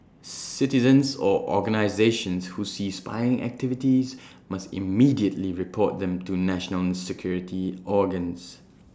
citizens or organisations who see spying activities must immediately report them to national security organs